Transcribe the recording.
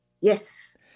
Yes